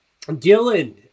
dylan